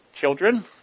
children